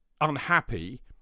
unhappy